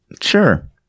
Sure